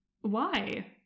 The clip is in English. Why